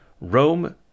Rome